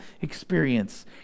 experience